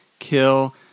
kill